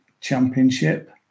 Championship